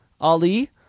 Ali